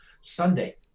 Sunday